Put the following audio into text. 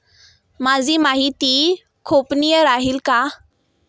माझी माहिती गोपनीय राहील का?